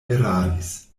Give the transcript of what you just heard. eraris